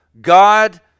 God